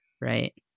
right